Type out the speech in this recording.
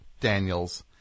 Daniels